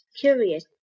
curious